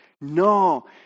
No